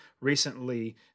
recently